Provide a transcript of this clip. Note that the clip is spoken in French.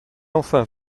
enfin